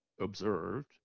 observed